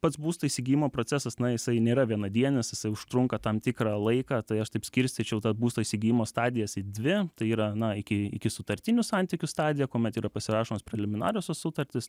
pats būsto įsigijimo procesas na jisai nėra vienadienis jisai užtrunka tam tikrą laiką tai aš taip skirstyčiau tą būsto įsigijimo stadijas į dvi tai yra na iki ikisutartinių santykių stadiją kuomet yra pasirašomos preliminariosios sutartys